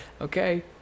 Okay